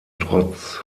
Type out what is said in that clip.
trotz